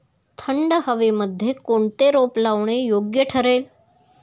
थंड हवेमध्ये कोणते रोप लावणे योग्य ठरेल?